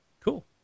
cool